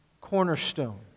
cornerstone